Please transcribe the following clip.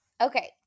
Okay